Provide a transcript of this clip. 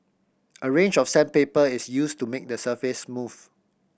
a range of sandpaper is used to make the surface smooth